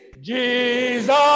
Jesus